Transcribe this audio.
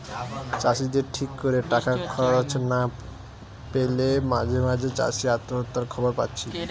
চাষিদের ঠিক কোরে টাকা খরচ না পেলে মাঝে মাঝে চাষি আত্মহত্যার খবর পাচ্ছি